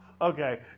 Okay